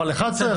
עבר ל-11,